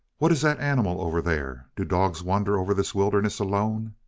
what is that animal over there? do dogs wander over this wilderness alone?